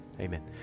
Amen